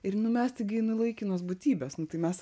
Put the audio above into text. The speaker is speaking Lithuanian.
ir nu mes taigi nu laikinos būtybės nu tai mes